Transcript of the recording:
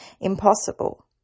Impossible